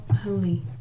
holy